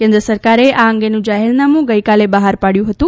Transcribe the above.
કેન્જ સરકારે આ અંગેનું જાહેરનામુ ગઈકાલે બહાર પાડ્યું હતું